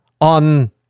on